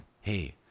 Hey